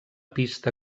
pista